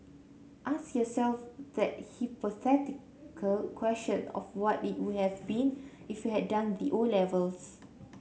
ask yourself that hypothetical question of what it would have been if you had done the O levels